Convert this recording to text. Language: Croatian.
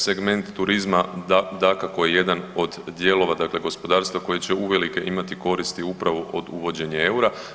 Segment turizma dakako je jedan od dijelova gospodarstva koji će uvelike imati koristi upravo od uvođenja eura.